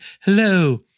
hello